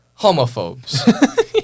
homophobes